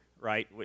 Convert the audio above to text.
right